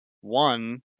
one